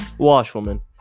Washwoman